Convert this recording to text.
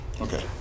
Okay